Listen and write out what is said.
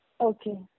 Okay